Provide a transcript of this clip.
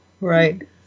Right